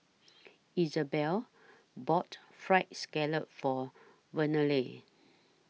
Isabela bought Fried Scallop For Vernelle